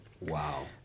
Wow